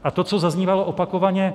A to, co zaznívalo opakovaně.